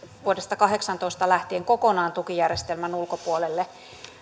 vuodesta kahdeksantoista lähtien kokonaan tukijärjestelmän ulkopuolelle